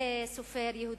שנכתב בידי סופר יהודי.